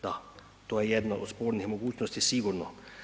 Da, to je jedno od spornih mogućnosti sigurno.